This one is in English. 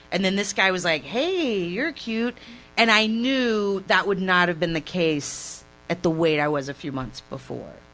and this guy was like hey, you're cute and i knew that would not have been the case at the weight i was a few months before,